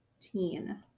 teen